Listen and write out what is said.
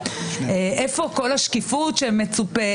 איפה השקיפות המצופה?